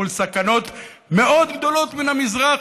מול סכנות מאוד גדולות מן המזרח.